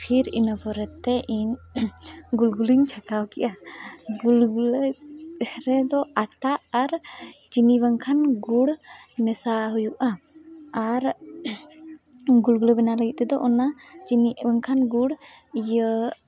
ᱯᱷᱤᱨ ᱤᱱᱟᱹ ᱯᱚᱨᱮᱛᱮ ᱤᱧ ᱜᱩᱞ ᱜᱩᱞᱤᱧ ᱪᱷᱟᱸᱠᱟᱣ ᱠᱮᱫᱼᱟ ᱜᱩᱞ ᱜᱩᱞᱟᱹ ᱨᱮᱫᱚ ᱟᱴᱟ ᱟᱨ ᱪᱤᱱᱤ ᱵᱟᱝᱠᱷᱟᱱ ᱜᱩᱲ ᱢᱮᱥᱟ ᱦᱩᱭᱩᱜᱼᱟ ᱟᱨ ᱜᱩᱞ ᱜᱩᱞᱟᱹ ᱵᱮᱱᱟᱣ ᱞᱟᱹᱜᱤᱫ ᱛᱮᱫᱚ ᱚᱱᱟ ᱪᱤᱱᱤ ᱵᱟᱝᱠᱷᱟᱱ ᱜᱩᱲ ᱤᱭᱟᱹ